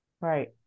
Right